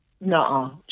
no